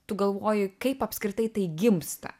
tu galvoji kaip apskritai tai gimsta